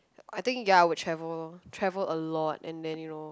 I think ya I would travel loh travel a lot and then you know